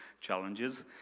challenges